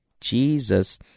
Jesus